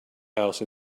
house